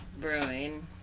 Brewing